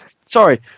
Sorry